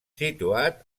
situat